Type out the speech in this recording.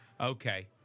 okay